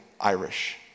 Irish